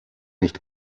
nicht